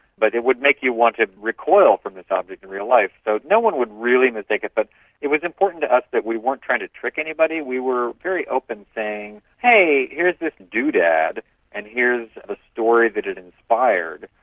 but it would make you want to recoil from this object in real life. so no one would really mistake it. but it was important to us that we weren't trying to trick anybody, we were very open, saying, hey, here's this doodad and here's the ah story that it inspired,